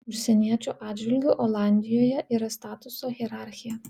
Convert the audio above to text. užsieniečių atžvilgiu olandijoje yra statuso hierarchija